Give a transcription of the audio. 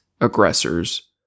aggressors